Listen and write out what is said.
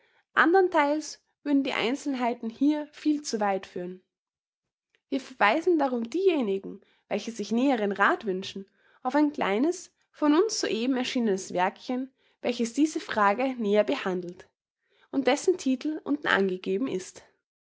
anderntheils würden die einzelheiten hier viel zu weit führen wir verweisen darum diejenigen welche sich näheren rath wünschen auf ein kleines von uns soeben erschienenes werkchen welches diese frage näher behandelt und dessen titel unten angegeben ist